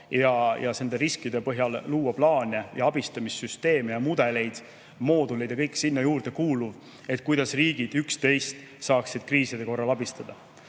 ja nende riskide põhjal luua plaane ja abistamissüsteeme, mudeleid, mooduleid ja kõike sinna juurde kuuluvat, kuidas riigid üksteist saaksid kriiside korral abistada. Tänasel